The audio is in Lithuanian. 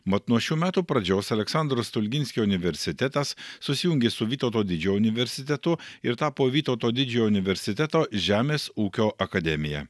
mat nuo šių metų pradžios aleksandro stulginskio universitetas susijungė su vytauto didžiojo universitetu ir tapo vytauto didžiojo universiteto žemės ūkio akademija